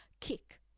kick